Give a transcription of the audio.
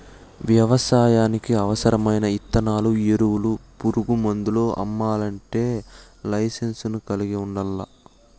వ్యవసాయానికి అవసరమైన ఇత్తనాలు, ఎరువులు, పురుగు మందులు అమ్మల్లంటే లైసెన్సును కలిగి ఉండల్లా